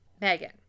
megan